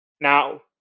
Now